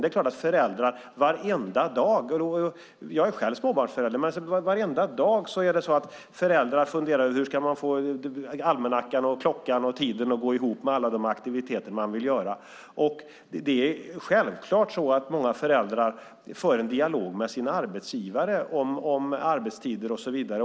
Det är klart att föräldrar - jag är själv småbarnsförälder - varenda dag funderar på hur man ska få almanackan och klockan, tiden, att gå ihop med alla aktiviteter man vill ägna sig åt. Självklart för många föräldrar en dialog med sin arbetsgivare om arbetstider och så vidare.